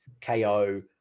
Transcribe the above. KO